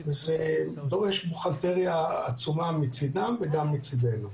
וזה דורש בוכהלטריה עצומה מצידם וגם מצידנו.